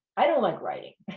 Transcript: i don't like writing,